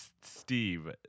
Steve